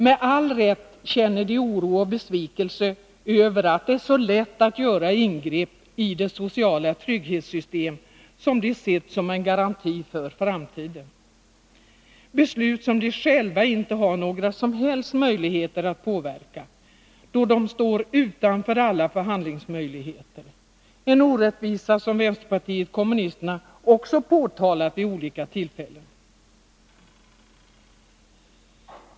Med all rätt känner de oro och besvikelse över att det är så lätt att göra ingrepp i det sociala trygghetssystem som de sett som en garanti för framtiden. Det är ju fråga om beslut som de själva inte har några som helst möjligheter att påverka, då de står utanför alla förhandlingsmöjligheter — en orättvisa som vpk påtalat vid olika tillfällen.